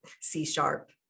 C-sharp